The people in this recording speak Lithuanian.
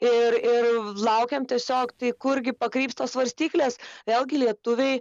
ir ir laukiam tiesiog tai kurgi pakryps tos svarstyklės vėlgi lietuviai